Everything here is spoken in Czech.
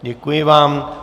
Děkuji vám.